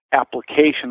application